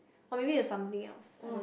or maybe it was something else I don't know